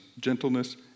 gentleness